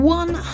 one